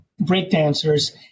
breakdancers